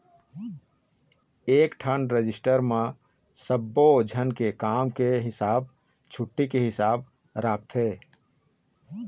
एकठन रजिस्टर म सब्बो झन के काम के हिसाब, छुट्टी के हिसाब राखथे